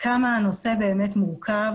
כמה הנושא מורכב.